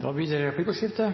Det blir replikkordskifte.